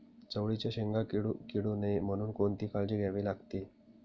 चवळीच्या शेंगा किडू नये म्हणून कोणती काळजी घ्यावी लागते?